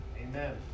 Amen